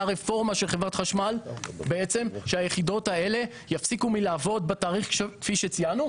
מהרפורמה של חברת חשמל שהיחידות האלה יפסיקו מלעבוד בתאריך כפי שציינו.